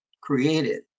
created